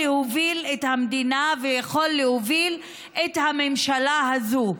להוביל את המדינה ויכולים להוביל את הממשלה הזאת.